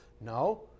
No